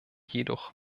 jedoch